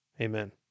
amen